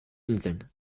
inseln